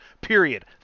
Period